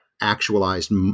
actualized